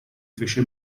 fece